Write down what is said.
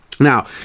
Now